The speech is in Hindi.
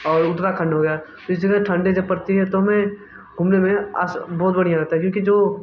और उत्तराखंड हो गया इस जगह ठंडी जब पड़ती है तो हमें घूमने में आस बहुत बढ़िया लगता है क्योंकि जो